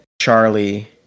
Charlie